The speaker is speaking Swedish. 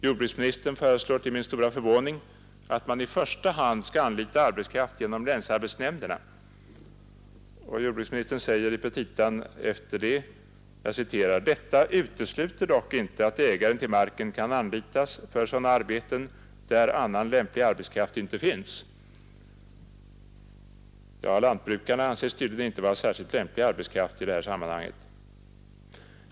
Jordbruksministern föreslår till min stora förvåning att man i första hand skall anlita arbetskraft genom länsarbetsnämnderna, och jordbruksministern säger i petitan efter det: ”Detta utesluter dock inte att ägaren till marken kan anlitas för sådana arbeten där annan lämplig arbetskraft inte finns.” Lantbrukarna anses tydligen inte vara särskilt lämplig arbetskraft i det här samman hanget.